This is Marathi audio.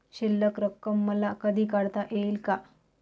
शिल्लक रक्कम मला कधी काढता येईल का?